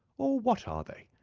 or what are they?